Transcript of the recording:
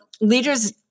leaders